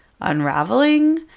unraveling